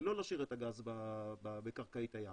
ולא להשאיר את הגז בקרקעית הים.